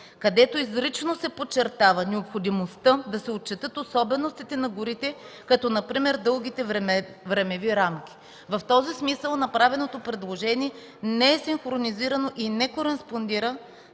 където изрично се подчертава необходимостта „да се отчетат особеностите на горите, като например дългите времеви рамки”. В този смисъл направеното предложение не е синхронизирано и не кореспондира